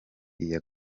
iya